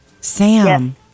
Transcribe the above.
Sam